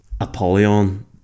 apollyon